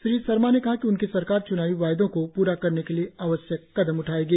श्री सरमा ने कहा कि उनकी सरकार च्नावी वायदों को पूरा करने के लिए आवश्यक कदम उठाएगी